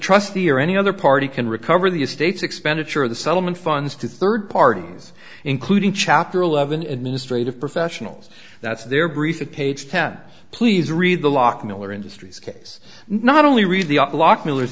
trustee or any other party can recover the estates expenditure of the settlement funds to third parties including chapter eleven administrative professionals that's their brief page tab please read the lock miller industries case not only read the op block miller's